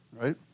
Right